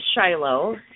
Shiloh